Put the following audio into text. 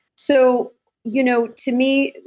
so you know to me,